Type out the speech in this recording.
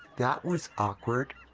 that was awkward.